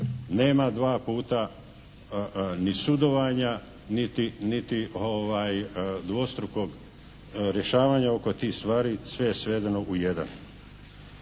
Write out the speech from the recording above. nema dva puta ni sudovanja niti dvostrukog rješavanja oko tih stvari. Sve je svedeno u jedan.